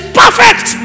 perfect